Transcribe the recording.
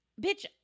Bitch